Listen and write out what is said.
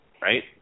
right